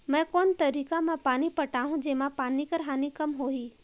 मैं कोन तरीका म पानी पटाहूं जेमा पानी कर हानि कम होही?